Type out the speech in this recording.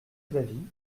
d’avis